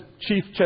chief